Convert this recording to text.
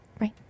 right